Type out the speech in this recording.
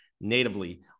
natively